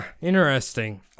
interesting